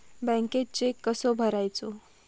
बँकेत चेक कसो भरायचो?